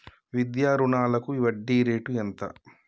విద్యా రుణాలకు వడ్డీ రేటు ఎంత?